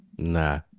Nah